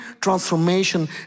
transformation